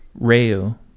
Reu